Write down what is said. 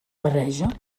barreja